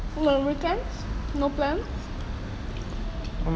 on weekends no plans